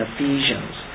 Ephesians